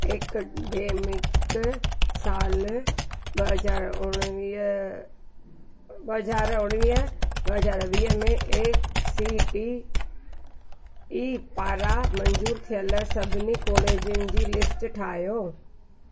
academic साल ॿ हज़ार उणिवीह ॿ हज़ार उणिवीह ॿ हजार वीह में ए सी टी ई पारां मंजूर थियल सभिनी कॉलेजनि जी लिस्ट ठाहियो